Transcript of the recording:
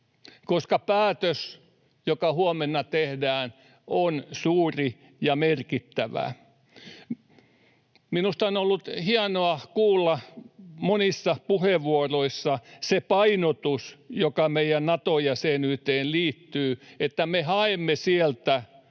koska päätös, joka huomenna tehdään, on suuri ja merkittävä. Minusta on ollut hienoa kuulla monissa puheenvuoroissa se painotus, joka meidän Nato-jäsenyyteen liittyy, että me haemme sieltä